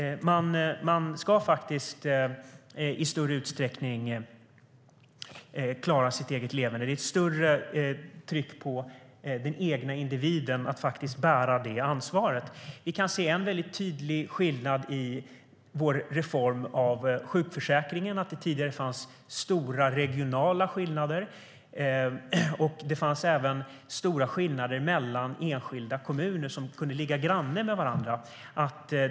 Man ska klara sitt eget leverne. Det är ett större tryck på individen att bära det ansvaret. En tydlig skillnad är vår reform av sjukförsäkringen. Tidigare fanns det stora regionala skillnader. Det fanns även stora skillnader mellan enskilda kommuner som gränsade till varandra.